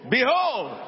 Behold